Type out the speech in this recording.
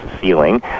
ceiling